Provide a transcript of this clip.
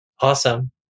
Awesome